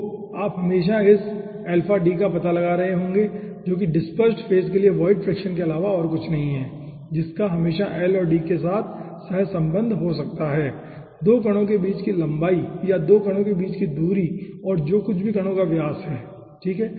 तो आप हमेशा इस का पता लगा रहे होंगे जो कि डिस्पेर्सेड फेज के लिए वोइड फ्रैक्शन के अलावा और कुछ नहीं है जिसका हमेशा L और D के साथ सहसंबद्ध हो सकता है 2 कणों के बीच की लंबाई या 2 कणों के बीच की दूरी और जो कुछ भी कणों का व्यास है ठीक है